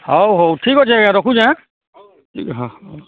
ହଉ ହଉ ଠିକ୍ ଅଛି ଆଜ୍ଞା ରଖୁଛି ହାଁ ହଁ